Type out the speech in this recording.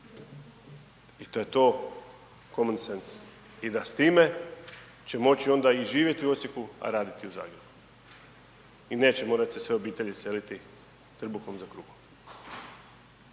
i to je to …/nerazumljivo/… i da s time će moći onda i živjeti u Osijeku, a raditi u Zagrebu i neće morati se sve obitelji seliti trbuhom za kruhom.